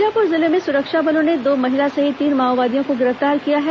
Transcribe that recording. बीजापुर जिले में सुरक्षा बलों ने दो महिला सहित तीन माओवादियों को गिरफ्तार किया है